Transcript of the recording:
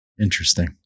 Interesting